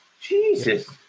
Jesus